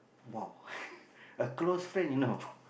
!wow! a close friend you know of